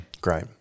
Great